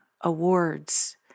awards